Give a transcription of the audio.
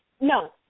No